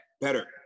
better